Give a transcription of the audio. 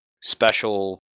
special